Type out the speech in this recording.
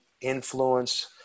influence